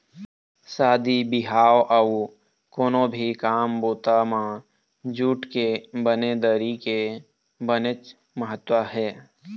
शादी बिहाव अउ कोनो भी काम बूता म जूट के बने दरी के बनेच महत्ता हे